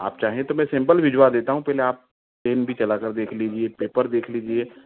आप चाहे तो सेम्पल भिजवा देता हूँ पहले आप पेन भी चलाकर देख लीजिए पेपर भी देख लीजिए